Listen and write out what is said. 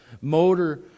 motor